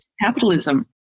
capitalism